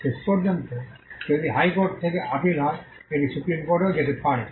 এবং শেষ পর্যন্ত যদি হাইকোর্ট থেকে আপিল হয় এটি সুপ্রিম কোর্টেও যেতে পারে